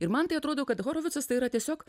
ir man tai atrodo kad horovicas yra tiesiog